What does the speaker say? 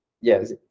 yes